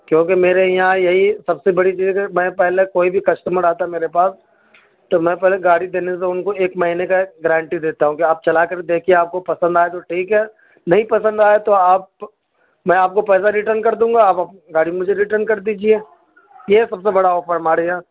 کیونکہ میرے یہاں یہی سب سے بڑی چیز ہے کہ میں پہلے کوئی بھی کسٹمر آتا ہے میرے پاس تو میں پہلے گاڑی دینے سے ان کو ایک مہینے کا گرانٹی دیتا ہوں کہ آپ چلا کر دیکھیے آپ کو پسند آئے تو ٹھیک ہے نہیں پسند آئے تو آپ میں آپ کو پیسہ ریٹرن کر دوں گا آپ گاڑی مجھے ریٹرن کر دیجیے یہ ہے سب سے بڑا آفر ہمارے یہاں